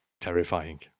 terrifying